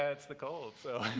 ah it's the cold. so